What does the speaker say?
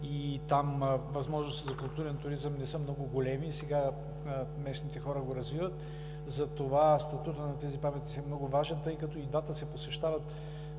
Там възможностите за културен туризъм не са много големи, сега местните хора го развиват. Затова статутът на тези паметници е много важен, тъй като и двата се посещават